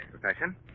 profession